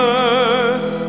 earth